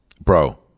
Bro